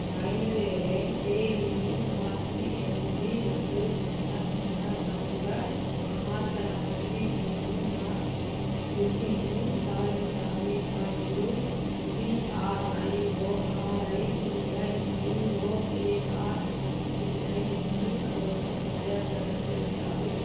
బయలుదేరే తేదీని మార్చి ఎనిమిది రెండు సున్నా సున్నా నాలుగుగా మార్చడానికి నేను నా బుకింగ్ను సవరించాలి మరియు P R I O R I T Y B O A R D I N G కోసం అభ్యర్థనను చేర్చాలి